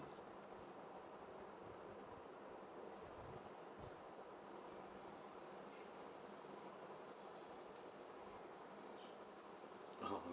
oh